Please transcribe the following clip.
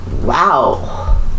wow